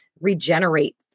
regenerate